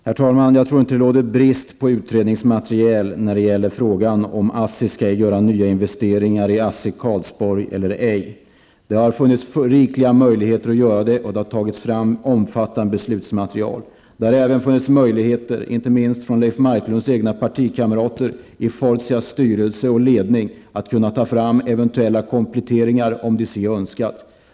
Herr talman! Jag tror inte att det råder brist på utredningsmaterial i frågan om ASSI skall göra nya investeringar i pappersbruket i Karlsborg eller ej. Det har funnits rikliga möjligheter att göra det, och det har tagits fram omfattande beslutsmaterial. Det har även funnits möjligheter, inte minst för Leif Marklunds egna partikamrater i Fortias styrelse och ledning, att ta fram eventuella kompletteringar, om de så hade önskat.